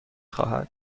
خواهد